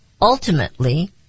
ultimately